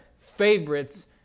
favorites